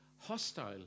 hostile